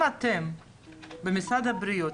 אם אתם במשרד הבריאות,